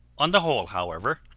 on the whole, however,